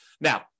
Now